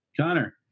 Connor